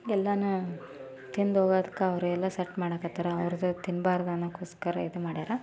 ಎಲ್ಲನ ತಿಂದೋಗದ್ಕೆ ಅವರೆಲ್ಲ ಸೆಟ್ ಮಾಡಾಕ್ಕತ್ತಾರ ಅವ್ರ್ದು ತಿನ್ನಬಾರ್ದನ್ನೋಕ್ಕೋಸ್ಕರ ಇದ್ಮಾಡ್ಯಾರ